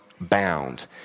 bound